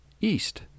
east